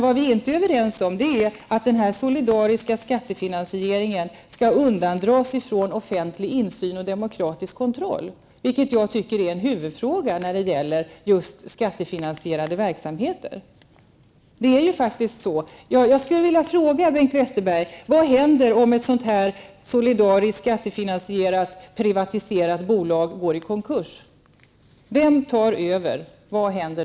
Vad vi inte är överens om är att den solidariska skattefinansieringen skall undandras från offentlig insyn och demokratisk kontroll, vilket jag tycker är en huvudfråga när det gäller skattefinansierade verksamheter.